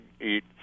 eat